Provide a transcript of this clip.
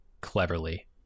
cleverly